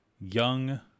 young